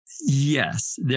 Yes